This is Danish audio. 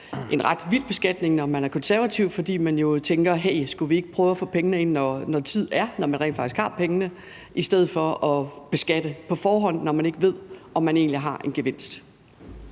en ret vild beskatning, når man er konservativ, fordi man jo tænker: Hey, skulle vi ikke prøve at få pengene ind, når tid er – når man rent faktisk har pengene – i stedet for at beskatte på forhånd, når man ikke ved, om man egentlig har en gevinst?